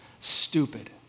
Stupid